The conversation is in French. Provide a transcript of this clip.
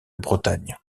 bretagne